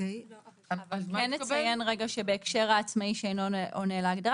כן נציין שבהקשר לעצמאי שאינו עונה להגדרה